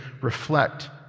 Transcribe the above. reflect